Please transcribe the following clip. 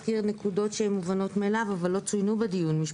אנחנו הגענו להסכמות, במתווה שבנינו ביחד עם חברי